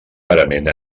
parament